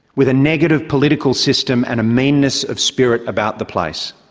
with a negative political system and a meanness of spirit about the place?